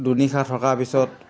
দুনিশা থকাৰ পিছত